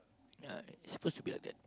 ya it's supposed to be like that